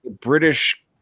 British